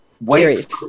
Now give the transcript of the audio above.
wait